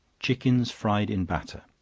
chickens fried in batter.